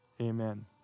amen